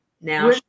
now